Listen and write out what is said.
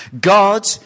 God